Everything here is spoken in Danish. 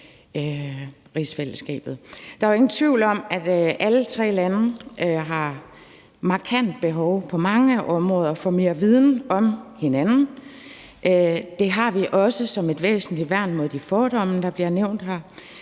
Der er jo ingen tvivl om, at alle tre lande på mange områder har markant behov for mere viden om hinanden. Det er også et væsentligt værn mod de fordomme, der bliver nævnt her.